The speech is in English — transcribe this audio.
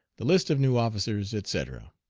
the list of new officers, etc.